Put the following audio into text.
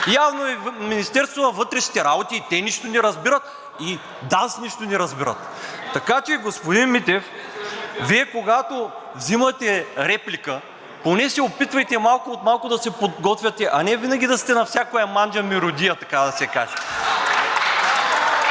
явно и Министерството на вътрешните работи – и те нищо не разбират, и ДАНС нищо не разбират. Така че, господин Митев, Вие когато взимате реплика, поне се опитвайте малко от малко да се подготвяте, а не винаги да сте на всякоя манджа мерудия, така да се каже.